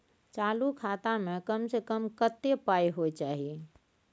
चालू खाता में कम से कम कत्ते पाई होय चाही?